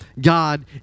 God